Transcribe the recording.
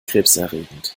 krebserregend